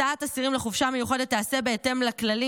הוצאת אסירים לחופשה מיוחדת תיעשה בהתאם לכללים